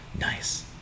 Nice